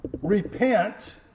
repent